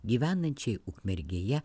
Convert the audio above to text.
gyvenančiai ukmergėje